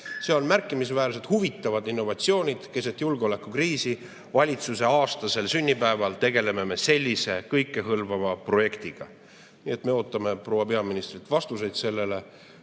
On märkimisväärselt huvitav innovatsioon keset julgeolekukriisi, et me valitsuse aastasel sünnipäeval, tegeleme sellise kõikehõlmava projektiga. Nii et me ootame proua peaministrilt vastuseid. Kui selles